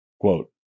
Quote